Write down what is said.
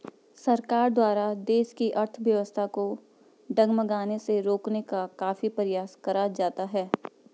सरकार द्वारा देश की अर्थव्यवस्था को डगमगाने से रोकने का काफी प्रयास करा जाता है